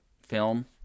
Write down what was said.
film